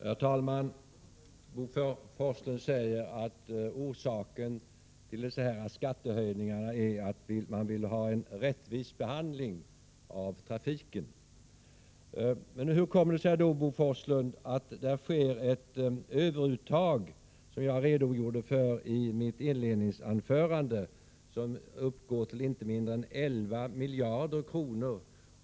Herr talman! Bo Forslund säger att orsaken till dessa skattehöjningar är att man vill ha en rättvis behandling av trafiken. Men hur kommer det sig då, Bo Forslund, att det sker ett överuttag, som jag redogjorde för i mitt inledningsanförande, som uppgår till inte mindre än 11 miljarder kronor?